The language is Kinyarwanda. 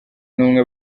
numwe